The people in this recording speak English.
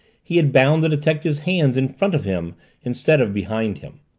he had bound the detective's hands in front of him instead of behind him.